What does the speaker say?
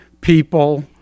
people